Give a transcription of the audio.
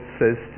says